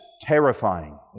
terrifying